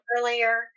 earlier